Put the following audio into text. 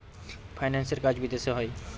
ফাইন্যান্সের কাজ বিদেশে হয়